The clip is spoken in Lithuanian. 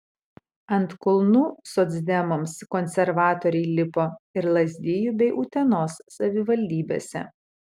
ant kulnų socdemams konservatoriai lipo ir lazdijų bei utenos savivaldybėse